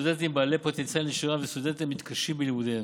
סטודנטים בעלי פוטנציאל נשירה וסטודנטים המתקשים בלימודיהם.